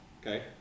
Okay